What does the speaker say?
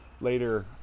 later